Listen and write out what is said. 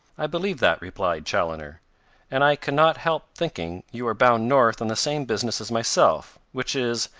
i believe that, replied chaloner and i can not help thinking you are bound north on the same business as myself, which is,